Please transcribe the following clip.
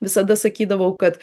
visada sakydavau kad